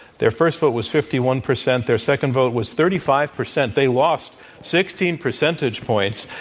their first vote was fifty one percent, their second vote was thirty five percent. they lost sixteen percentage points.